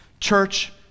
church